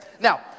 Now